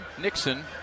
Nixon